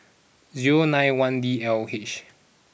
zero nine one D L H